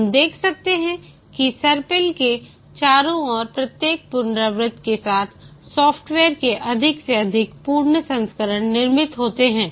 हम देख सकते हैं कि सर्पिल के चारों ओर प्रत्येक पुनरावृत्ति के साथ सॉफ्टवेयर के अधिक से अधिक पूर्ण संस्करण निर्मित होते हैं